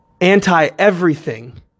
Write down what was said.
anti-everything